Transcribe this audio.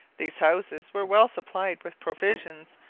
these houses were well supplied with provisions,